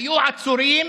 היו עצורים,